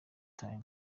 time